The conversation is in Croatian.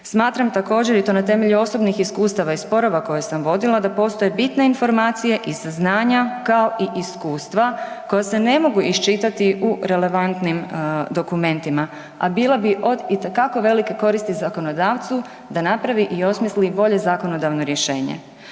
Smatram također i to na temelju osobnih iskustava i sporova koje sam vodila da postoje bitne informacije i saznanja kao i iskustva koja se ne mogu iščitati u relevantnim dokumentima, a bila bi od itekako velike koristi zakonodavcu da napravi i osmisli bolje zakonodavno rješenje.